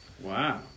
Wow